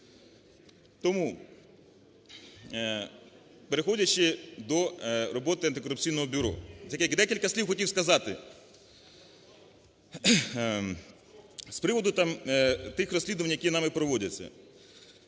Тому, переходячи до роботи Антикорупційного бюро, декілька слів хотів сказати з приводу там тих розслідувань, які нами проводяться.